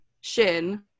Shin